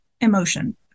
emotion